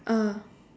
uh